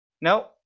No